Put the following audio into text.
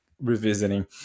revisiting